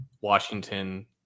Washington